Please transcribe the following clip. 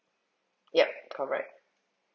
yup correct